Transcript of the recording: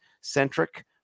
centric